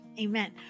Amen